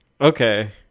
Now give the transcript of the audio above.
okay